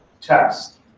text